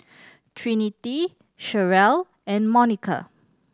Trinity Cherelle and Monica